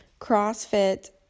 CrossFit